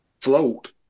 float